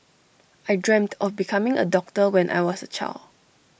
I dreamt of becoming A doctor when I was A child